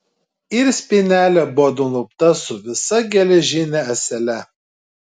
ir spynelė buvo nulupta su visa geležine ąsele